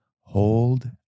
Hold